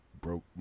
broke